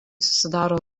susidaro